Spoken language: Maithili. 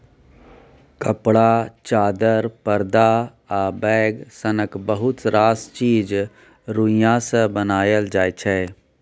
कपड़ा, चादर, परदा आ बैग सनक बहुत रास चीज रुइया सँ बनाएल जाइ छै